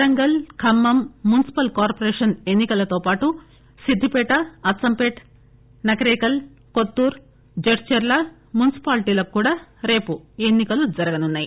Warangal Khammam municipal corporation ఎన్ని కలతో పాటు సిద్దిపేట అచ్చంపేట్ నకిరేకల్ కొత్తూర్ జడ్చర్ల మున్పిపాలిటీలకు కూడా రేపు ఎన్ని కలు జరగనున్నాయి